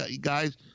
guys